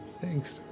Thanks